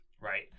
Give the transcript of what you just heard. right